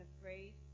afraid